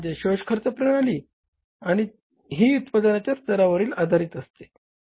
प्रथम म्हणजे शोष खर्च प्रणाली पद्धत ही उत्पादनाच्या स्तरावर आधारित असते